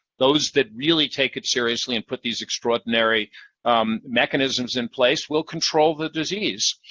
those that really take it seriously and put these extraordinary mechanisms in place will control the disease.